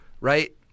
Right